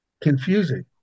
Confusing